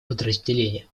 подразделения